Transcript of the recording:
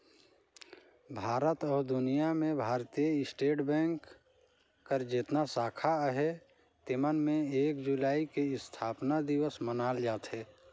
भारत अउ दुनियां में भारतीय स्टेट बेंक कर जेतना साखा अहे तेमन में एक जुलाई के असथापना दिवस मनाल जाथे